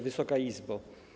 Wysoka Izbo!